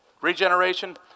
Regeneration